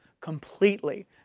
completely